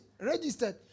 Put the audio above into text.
Registered